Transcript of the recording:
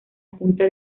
junta